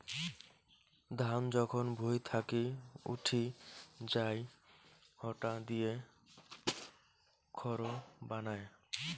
ধান যখন ভুঁই থাকি উঠি যাই ইটা দিয়ে খড় বানায়